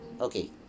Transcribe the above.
Okay